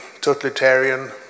totalitarian